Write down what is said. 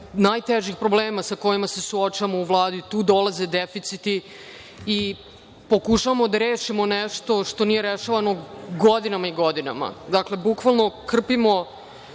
najtežih problema sa kojima se suočavamo u Vladi, tu dolaze deficiti i pokušavamo da rešimo nešto što nije rešavano godinama i godinama. Bukvalno krpimo